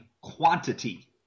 quantity